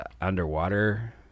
underwater